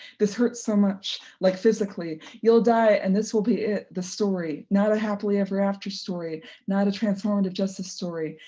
this hurts so much. like physically. you'll die and this will be it, the story, not a happily ever after story not a transformative justice story,